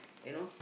you know